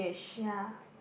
ya